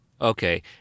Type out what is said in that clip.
Okay